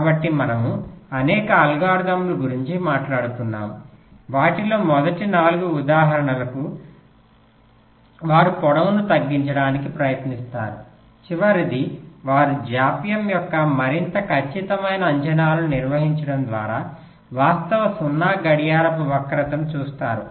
కాబట్టి మనము అనేక అల్గోరిథంల గురించి మాట్లాడుతున్నాము వాటిలో మొదటి 4 ఉదాహరణకు వారు పొడవును తగ్గించడానికి ప్రయత్నిస్తారు చివరిది వారు జాప్యం యొక్క మరింత ఖచ్చితమైన అంచనాలను నిర్వహించడం ద్వారా వాస్తవ 0 గడియారపు వక్రతను చూస్తారు